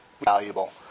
valuable